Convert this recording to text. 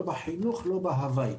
לא בחינוך ולא בהווי.